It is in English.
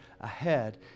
ahead